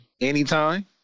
anytime